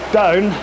down